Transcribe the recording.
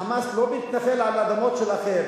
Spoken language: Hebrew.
ה"חמאס" לא מתנחל על אדמות של אחר,